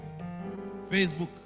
Facebook